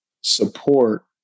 support